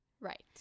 right